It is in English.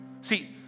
See